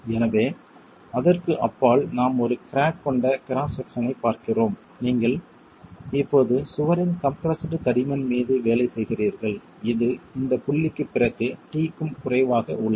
எனவே அதற்கு அப்பால் நாம் ஒரு கிராக் கொண்ட கிராஸ் செக்ஸனைப் பார்க்கிறோம் நீங்கள் இப்போது சுவரின் கம்ப்ரெஸ்டு தடிமன் மீது வேலை செய்கிறீர்கள் இது இந்த புள்ளிக்குப் பிறகு t க்கும் குறைவாக உள்ளது